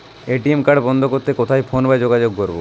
ATM card বন্ধ করতে কোথায় ফোন বা যোগাযোগ করব?